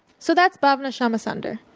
so that's bhavna shamasunder,